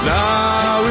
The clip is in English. now